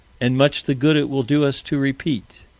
and much the good it will do us to repeat.